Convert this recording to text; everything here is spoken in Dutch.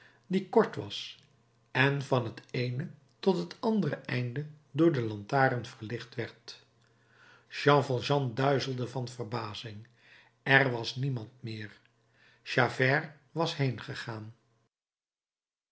die kort was en van het eene tot het andere einde door de lantaarn verlicht werd jean valjean duizelde van verbazing er was niemand meer javert was